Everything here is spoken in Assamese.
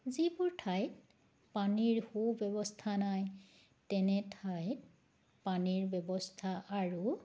যিবোৰ ঠাইত পানীৰ সু ব্যৱস্থা নাই তেনে ঠাইত পানীৰ ব্যৱস্থা আৰু